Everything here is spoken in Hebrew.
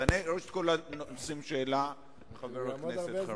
ראשית, תענה על הנושאים שהעלה חבר הכנסת חרמש.